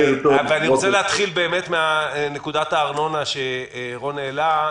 אני רוצה להתחיל מנקודת הארנונה שרון חולדאי העלה,